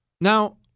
Now